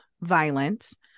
violence